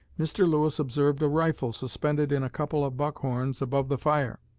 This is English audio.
mr. lewis observed a rifle suspended in a couple of buck-horns above the fire.